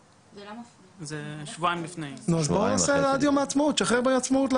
15:10.